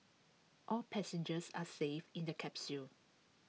all passengers are safe in the capsule